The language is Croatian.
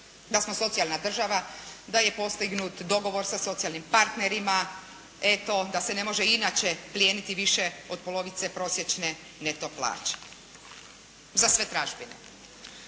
da smo socijalna država, da je postignut dogovor sa socijalnim partnerima, eto da se ne može inače plijeniti više od polovice prosječne neto plaće za sve tražbine.